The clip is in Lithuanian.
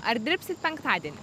ar dirbsit penktadienį